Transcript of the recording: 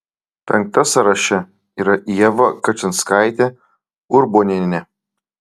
penkta sąraše yra ieva kačinskaitė urbonienė